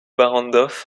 barrandov